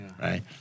right